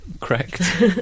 Correct